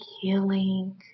healing